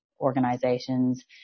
Organizations